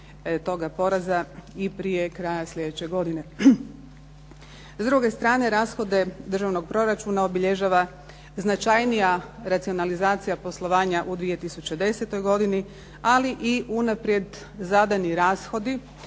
S druge strane, rashode državnog proračuna obilježava značajnija racionalizacija poslovanja u 2010. godini, ali i unaprijed zadani rashodi